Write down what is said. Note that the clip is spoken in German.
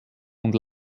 und